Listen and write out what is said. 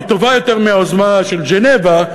והיא טובה יותר מהיוזמה של ז'נבה,